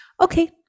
Okay